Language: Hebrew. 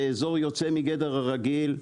זה אזור יוצא מגדר הרגיל.